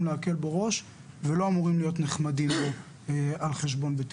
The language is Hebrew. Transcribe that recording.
להקל בו ראש ולא אמורים להיות נחמדים בו על חשבון בטיחות.